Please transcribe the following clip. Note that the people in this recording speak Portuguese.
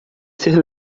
ser